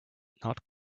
not